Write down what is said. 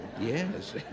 Yes